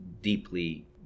deeply